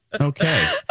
Okay